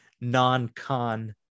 non-con